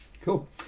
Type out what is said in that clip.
cool